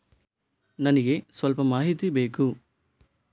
ನನಿಗೆ ಸ್ವಲ್ಪ ಮಾಹಿತಿ ಬೇಕು